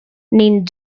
ning